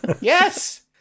Yes